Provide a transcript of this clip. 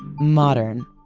modern,